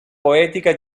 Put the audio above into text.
poetica